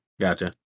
gotcha